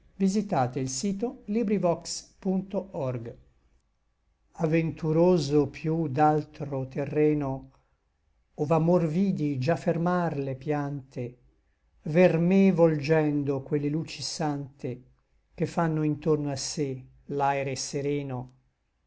vuol m'adduce aventuroso piú d'altro terreno ov'amor vidi già fermar le piante ver me volgendo quelle luci sante che fanno intorno a sé l'aere sereno